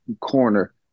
corner